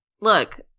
Look